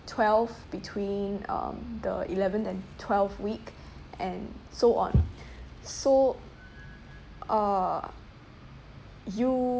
twelve between uh the eleventh and twelfth week and so on so uh you